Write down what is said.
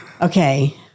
Okay